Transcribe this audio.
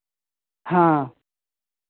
हाँ